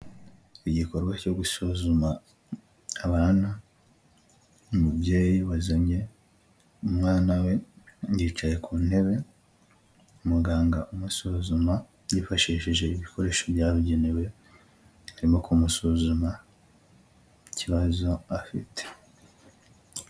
Igikorwa cyo gusuzuma abana, umubyeyi wazanye umwana we yicaye ku ntebe umuganga umusuzuma yifashishije ibikoresho byabugenewe, arimo kumusuzuma ikibazo afite.